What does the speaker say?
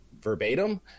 verbatim